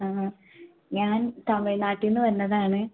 ആ ഞാൻ തമിഴ്നാട്ടിൽ നിന്ന് വന്നതാണ്